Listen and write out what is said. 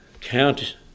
Count